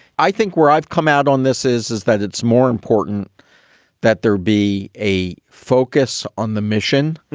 i think where i've come out on this is, is that it's more important that there be a focus on the mission.